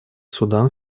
судан